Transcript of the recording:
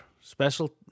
Special